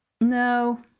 No